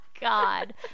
god